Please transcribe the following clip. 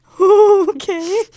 Okay